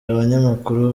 abanyamakuru